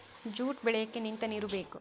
jute ಬೆಳಿಯಕ್ಕೆ ನಿಂತ ನೀರು ಬೇಕು